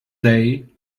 day